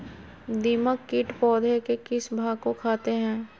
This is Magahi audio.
दीमक किट पौधे के किस भाग को खाते हैं?